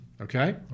Okay